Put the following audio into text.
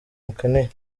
mukeneye